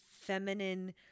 feminine